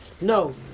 No